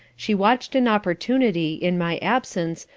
she watched an opportunity, in my absence,